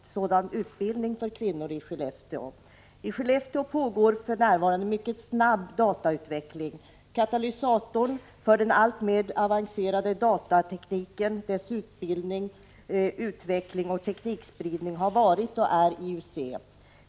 I Skellefteå pågår för närvarande en mycket snabb datautveckling. Katalysatorn för den alltmer avancerade datatekniken, för utbildning, utveckling och teknikspridning har varit och är IUC.